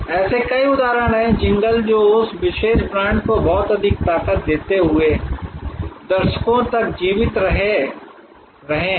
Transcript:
ऐसे कई उदाहरण हैं जिंगल जो उस विशेष ब्रांड को बहुत अधिक ताकत देते हुए दशकों तक जीवित रहे हैं